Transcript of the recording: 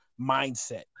mindset